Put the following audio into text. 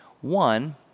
One